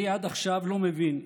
אני עד עכשיו לא מבין.